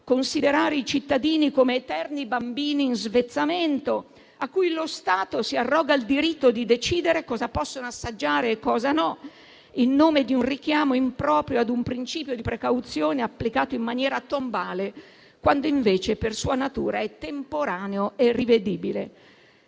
considerare i cittadini come eterni bambini in svezzamento, rispetto ai quali lo Stato si arroga il diritto di decidere cosa possano assaggiare e cosa no, in nome di un richiamo improprio ad un principio di precauzione applicato in maniera tombale, quando invece per sua natura è temporaneo e rivedibile.